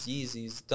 Yeezy's